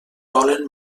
volen